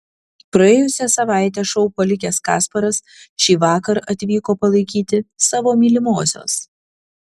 praėjusią savaitę šou palikęs kasparas šįvakar atvyko palaikyti savo mylimosios